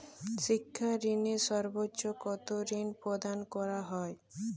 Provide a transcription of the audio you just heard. শিক্ষা ঋণে সর্বোচ্চ কতো ঋণ প্রদান করা হয়?